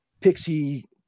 pixie